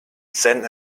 sen